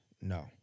No